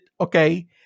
okay